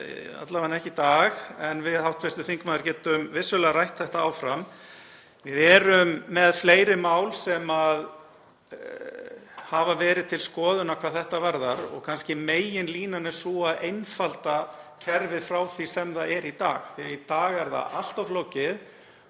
Alla vega ekki í dag, en við hv. þingmaður getum vissulega rætt þetta áfram. Við erum með fleiri mál sem hafa verið til skoðunar hvað þetta varðar og kannski er meginlínan sú að einfalda kerfið frá því sem það er í dag því að í dag er það allt of flókið